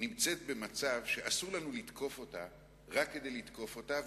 נמצאת במצב שאסור לנו לתקוף אותה רק כדי לתקוף אותה,